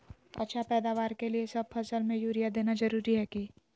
अच्छा पैदावार के लिए सब फसल में यूरिया देना जरुरी है की?